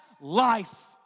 life